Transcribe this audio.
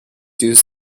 use